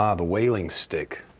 ah the whaling stick.